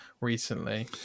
recently